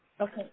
Okay